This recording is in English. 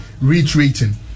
retreating